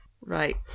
Right